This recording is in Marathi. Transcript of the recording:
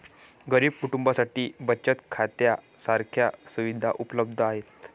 गरीब कुटुंबांसाठी बचत खात्या सारख्या सुविधा उपलब्ध आहेत